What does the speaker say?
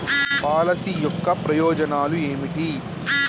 Policy యొక్క ప్రయోజనాలు ఏమిటి?